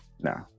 No